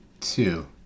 two